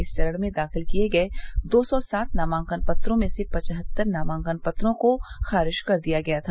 इस चरण में दाखिल किये गये दो सौ सात नामांकन पत्रों में से पछत्तर नामांकन पत्रों को खारिज कर दिया गया था